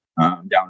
down